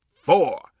four